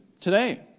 today